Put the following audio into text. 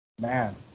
man